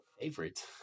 favorite